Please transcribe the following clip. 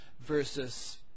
versus